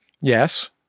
Yes